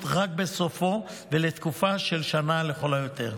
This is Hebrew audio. רק בסופו ולתקופה של שנה לכל היותר.